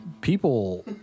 People